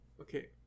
Okay